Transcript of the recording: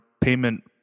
payment